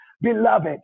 Beloved